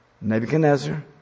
Nebuchadnezzar